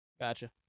Gotcha